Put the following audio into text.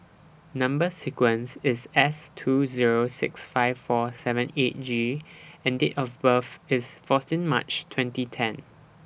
Number sequence IS S two Zero six five four seven eight G and Date of birth IS fourteen March twenty ten